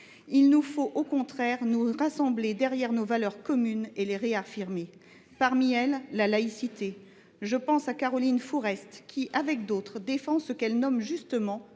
Il nous faut au contraire nous rassembler derrière nos valeurs communes, notamment la laïcité, et les réaffirmer. Je pense à Caroline Fourest, qui, avec d’autres, défend ce qu’elle nomme justement